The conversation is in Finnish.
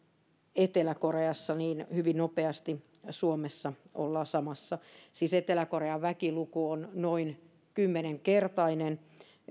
etelä koreassa ja tämähän tarkoittaisi sitten että hyvin nopeasti meillä suomessa ollaan samassa siis etelä korean väkiluku on noin kymmenkertainen